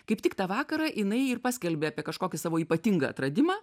kaip tik tą vakarą jinai ir paskelbė apie kažkokį savo ypatingą atradimą